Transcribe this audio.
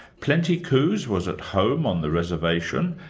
plenty coups was at home on the reservation,